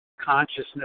consciousness